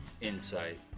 insight